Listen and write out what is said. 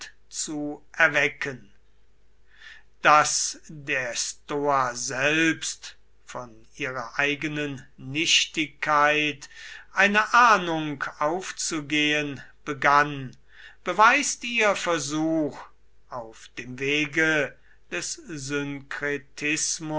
zu erwecken daß der stoa selbst von ihrer eigenen nichtigkeit eine ahnung aufzugehen begann beweist ihr versuch auf dem wege des